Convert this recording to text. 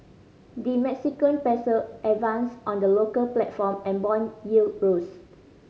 the Mexican Peso advanced on the local platform and bond yield rose